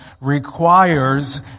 requires